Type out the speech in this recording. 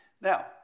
Now